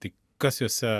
tai kas jose